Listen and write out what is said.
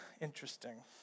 interesting